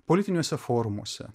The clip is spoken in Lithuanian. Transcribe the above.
politiniuose forumuose